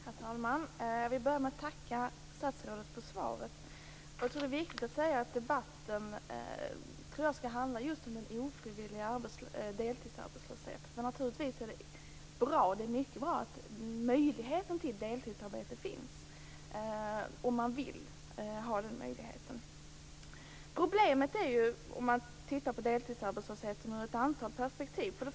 Herr talman! Jag vill börja med att tacka statsrådet för svaret. Jag tror att det är viktigt att säga att debatten skall handla just om den ofrivilliga deltidsarbetslösheten. Naturligtvis är det mycket bra att möjligheten till deltidsarbete finns, om man vill ha den möjligheten. Problemen uppstår ju om man tittar på deltidsarbetslösheten ur ett antal perspektiv.